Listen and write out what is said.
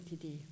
today